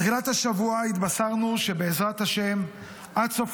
בתחילת השבוע התבשרנו שבעזרת השם עד סוף